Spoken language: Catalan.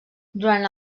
durant